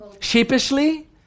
sheepishly